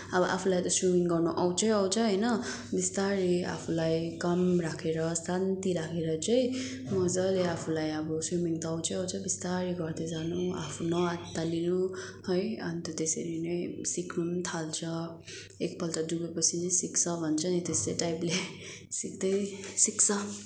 अब आफूलाई त स्विमिङ गर्न आउँछै आउँछ होइन बिस्तारै आफूलाई काम राखेर शान्ति राखेर चाहिँ मजाले आफूलाई अब स्विमिङ त आउँछै आउँछ बिस्तारै गर्दै जानु आफू नअत्तालिनु है अन्त त्यसरी नै सिक्न पनि थाल्छ एकपल्ट डुबेपछि सिक्छ भन्छ नि त्यस्तै टाइपले सिक्दै सिक्छ